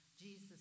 Jesus